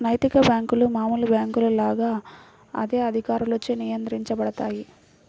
నైతిక బ్యేంకులు మామూలు బ్యేంకుల లాగా అదే అధికారులచే నియంత్రించబడతాయి